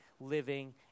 living